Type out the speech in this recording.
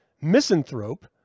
misanthrope